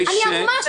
אני המומה.